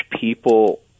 people